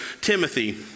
Timothy